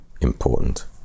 important